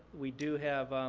we do have,